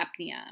apnea